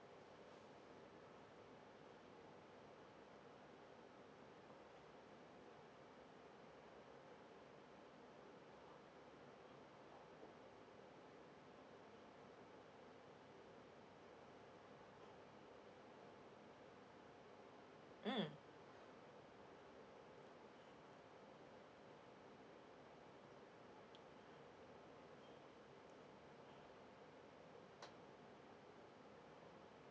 mm